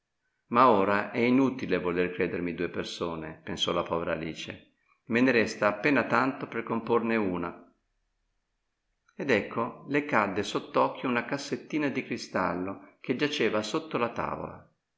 ma ora è inutile voler credermi due persone pensò la povera alice me ne resta appena tanto per comporne una ed ecco le cadde sott'occhio una cassettina di cristallo che giaceva sotto la tavola